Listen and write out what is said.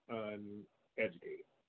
uneducated